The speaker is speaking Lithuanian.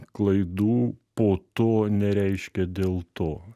klaidų po to nereiškia dėl to